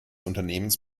unternehmens